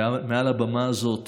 מעל הבמה הזאת